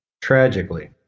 Tragically